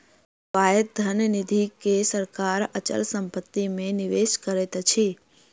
स्वायत्त धन निधि के सरकार अचल संपत्ति मे निवेश करैत अछि